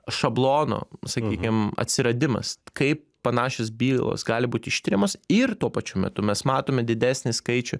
šablono sakykim atsiradimas kaip panašios bylos gali būti ištiriamos ir tuo pačiu metu mes matome didesnį skaičių